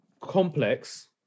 complex